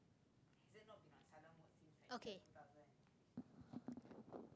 okay